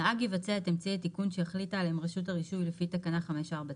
נהג יבצע את אמצעי התיקון שהחליטה עליהם רשות הרישוי לפי תקנה 549,